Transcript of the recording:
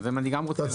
אני גם רוצה לדעת.